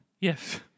Yes